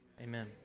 amen